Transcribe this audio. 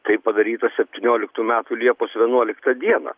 tai padaryta septynioliktų metų liepos vienuoliktą dieną